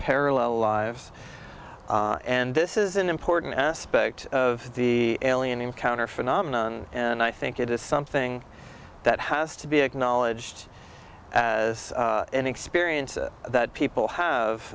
parallel lives and this is an important aspect of the alien encounter phenomenon and i think it is something that has to be acknowledged as an experience that people have